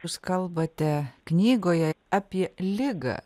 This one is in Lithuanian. jūs kalbate knygoje apie ligą